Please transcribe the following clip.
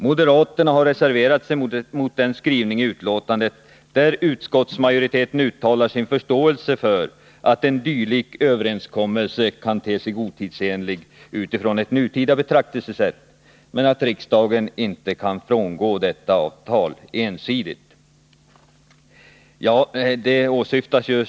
Moderaterna har reserverat sig mot den skrivning i betänkandet där utskottsmajoriteten uttalar sin förståelse för att en dylik överenskommelse kan te sig otidsenlig utifrån ett nutida betraktelsesätt men anser att riksdagen inte ensidigt kan frångå detta avtal.